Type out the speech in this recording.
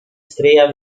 stryja